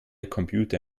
computer